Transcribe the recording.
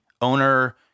owner